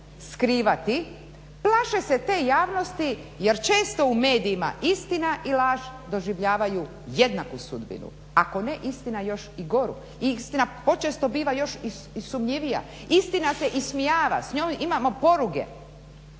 plaše se te javnosti jer često u medijima istina i laž doživljavaju jednaku sudbinu, ako ne istina još i goru. Istina počesto biva još i sumnjivija. Istina se ismijava, s njom imamo poruge.